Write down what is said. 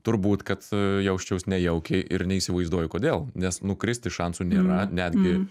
turbūt kad jausčiaus nejaukiai ir neįsivaizduoju kodėl nes nukristi šansų nėra netgi